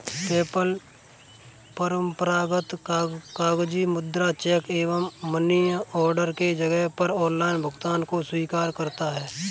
PayPal परंपरागत कागजी मुद्रा, चेक एवं मनी ऑर्डर के जगह पर ऑनलाइन भुगतान को स्वीकार करता है